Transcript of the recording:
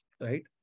right